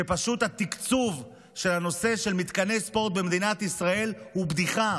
שפשוט התקצוב של הנושא של מתקני ספורט במדינת ישראל הוא בדיחה.